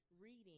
reading